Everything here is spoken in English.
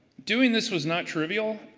doing this was not trivial.